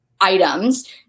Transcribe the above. items